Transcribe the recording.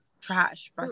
trash